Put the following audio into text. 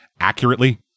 accurately